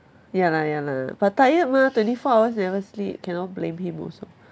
ya lah ya lah but tired mah twenty four hours never sleep cannot blame him also